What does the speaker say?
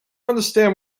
understand